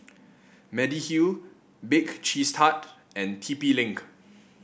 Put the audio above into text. Mediheal Bake Cheese Tart and T P Link